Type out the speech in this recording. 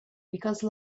because